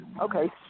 Okay